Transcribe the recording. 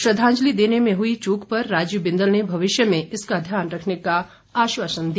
श्रद्वांजलि देने में हुई चूक पर राजीव बिंदल ने भविष्य में इसका ध्यान रखने का आश्वासन दिया